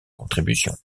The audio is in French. contribution